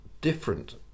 different